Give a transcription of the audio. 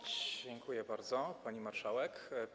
Dziękuję bardzo, pani marszałek.